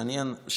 מעניין,